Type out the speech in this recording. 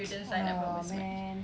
!aww! man